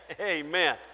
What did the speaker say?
amen